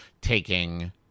taking